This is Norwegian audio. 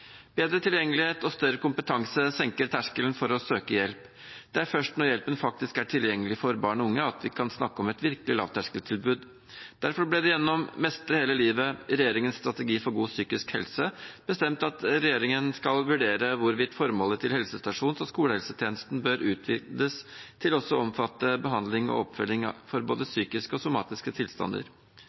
Bedre tilgjengelighet og større kompetanse senker terskelen for å søke hjelp. Det er først når hjelpen faktisk er tilgjengelig for barn og unge, at vi kan snakke om et virkelig lavterskeltilbud. Derfor ble det gjennom Mestre hele livet, regjeringens strategi for god psykisk helse, bestemt at regjeringen skal vurdere hvorvidt formålet til helsestasjons- og skolehelsetjenesten bør utvides til også å omfatte behandling og oppfølging for både psykiske og somatiske tilstander.